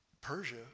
Persia